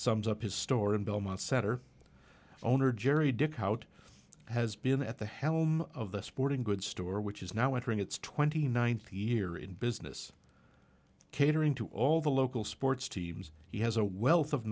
sums up his store in belmont center owner jerry dick out has been at the helm of the sporting goods store which is now entering its twenty ninth year in business catering to all the local sports teams he has a wealth of